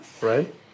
Right